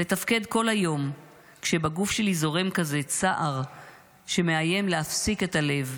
לתפקד כל היום כשבגוף שלי זורם כזה צער שמאיים להפסיק את הלב".